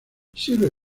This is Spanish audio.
sirve